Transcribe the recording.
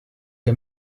che